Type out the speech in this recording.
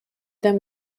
them